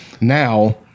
now